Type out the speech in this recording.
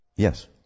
Yes